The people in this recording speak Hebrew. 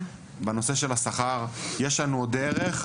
בנושא של השכר יש לנו עוד דרך,